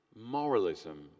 Moralism